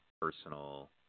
personal –